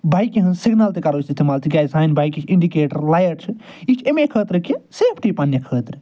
بایکہِ ہِنٛز سِگنَل تہِ کَرو أسۍ استعمال تِکیٛازِ سانہِ بایکہِ چھِ انٛڈِکیٹَر لایٹ چھِ یہِ چھِ اَمے خٲطرٕ کہِ سیفٹی پنٛنہِ خٲطرٕ